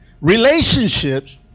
Relationships